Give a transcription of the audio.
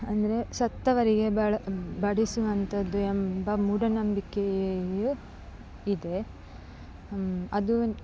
ಅಂದರೆ ಸತ್ತವರಿಗೆ ಬಳ ಬಡಿಸುವಂಥದ್ದು ಎಂಬ ಮೂಢನಂಬಿಕೆಯು ಇದೆ ಅದು